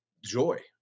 Joy